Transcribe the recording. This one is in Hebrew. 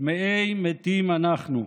"טמאי מתים אנחנו,